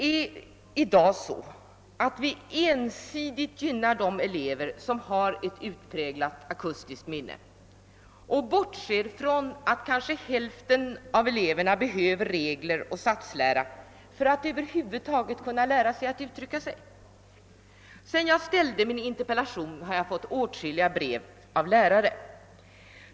I dag gynnar vi ensidigt de elever som har ett utpräglat akustiskt minne och bortser från att kanske hälften av eleverna behöver regler och satslära för att över huvud taget kunna lära sig att uttrycka sig. Sedan jag ställde min interpellation har jag fått åtskilliga brev från lärare.